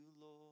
Lord